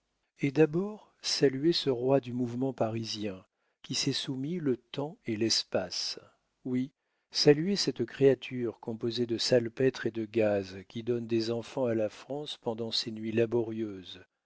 et d'abord saluez ce roi du mouvement parisien qui s'est soumis le temps et l'espace oui saluez cette créature composée de salpêtre et de gaz qui donne des enfants à la france pendant ses nuits laborieuses